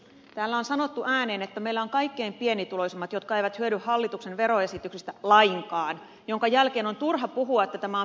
täällä on sanottu ääneen että meillä kaikkein pienituloisimmat eivät hyödy hallituksen veroesityksistä lainkaan minkä jälkeen on turha puhua että tämä on pienituloisiin painottuva